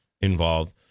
involved